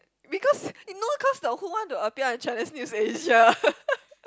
because you know cause the who want to appear on Channel News Asia